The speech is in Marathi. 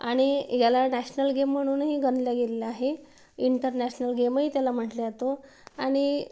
आणि ह्याला नॅशनल गेम म्हणून ही गणलं गेलेलं आहे इंटरनॅशनल गेमही त्याला म्हटलं जाते आणि